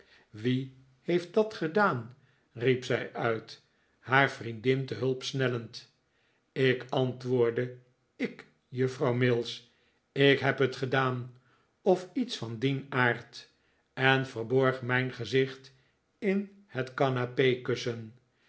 wie heeft dat gedaan riep zij uit haar vriendin te hulp snellend ik antwoordde ik juffrouw mills ik heb het gedaan of iets van dien aard en verborg mijn gezicht in het